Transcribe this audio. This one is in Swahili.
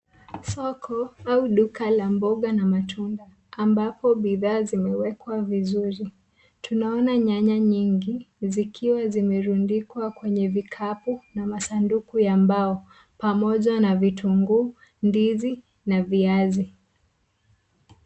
Soko au duka la mboga na matunda ambapo bidhaa zimewekwa vizuri. Tunaona nyanya nyingi zikiwa zimerundikwa kwenye vikapu na masunduku ya mbao, pamoja na vitunguu, ndizi na viazi.